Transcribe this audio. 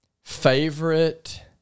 Favorite